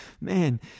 man